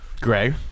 Greg